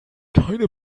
keine